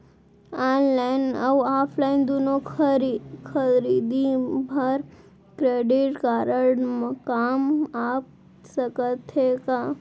Online अऊ offline दूनो खरीदी बर क्रेडिट कारड काम आप सकत हे का?